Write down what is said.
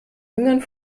jüngern